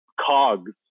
cogs